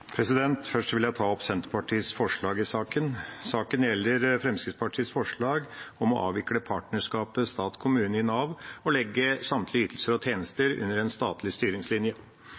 Først vil jeg ta opp Senterpartiets forslag i saken. Saken gjelder Fremskrittspartiets forslag om å avvikle partnerskapet stat–kommune i Nav og legge samtlige ytelser og tjenester under en statlig styringslinje.